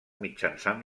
mitjançant